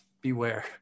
beware